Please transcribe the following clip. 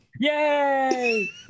yay